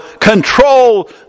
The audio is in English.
control